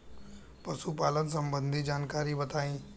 पशुपालन सबंधी जानकारी बताई?